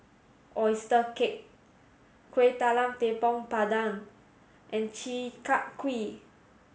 oyster cake Kueh Talam Tepong Pandan and Chi Kak Kuih